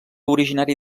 originari